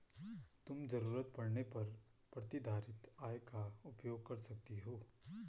तुम ज़रूरत पड़ने पर प्रतिधारित आय का उपयोग कर सकती हो